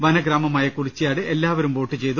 വനഗ്രാമമായ കുറിച്യാട് എല്ലാ വരും വോട്ട് ചെയ്തു